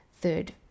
third